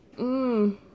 Mmm